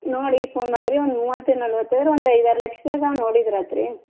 ನೋಡಿ ಫೋನ್ ಮಾಡ್ರಿ ಒಂದು ಮೂವತ್ತು ನಲವತ್ತು ಆದರೆ ಒಂದು ಐದು ಆರು ಲಕ್ಷ್ದಾಗೆ ನೋಡಿದ್ರೆ ಆತು ರೀ